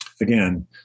Again